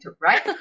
right